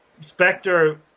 Spectre